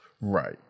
right